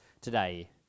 today